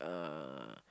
uh